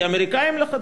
כי האמריקנים לחצו,